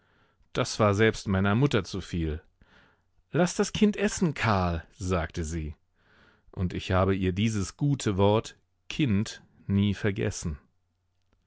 das war selbst meiner mutter zu viel laß das kind essen karl sagte sie und ich habe ihr dieses gute wort kind nie vergessen